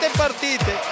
partite